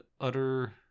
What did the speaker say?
utter